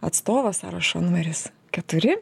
atstovas sąrašo numeris keturi